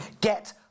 get